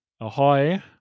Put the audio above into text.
Ahoy